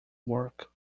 work